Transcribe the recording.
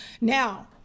Now